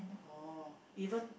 oh even